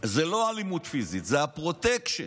לא אלימות פיזית, הפרוטקשן.